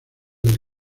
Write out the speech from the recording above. del